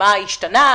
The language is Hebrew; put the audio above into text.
מה השתנה,